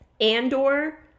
Andor